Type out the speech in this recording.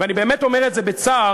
ואני באמת אומר את זה בצער,